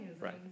right